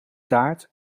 taart